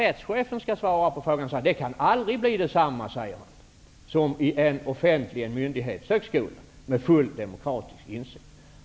Rättschefen säger däremot att det aldrig kan bli på samma sätt som i en offentlig högskola, med full demokratisk insyn.